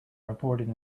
reported